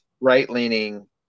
right-leaning